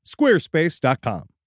Squarespace.com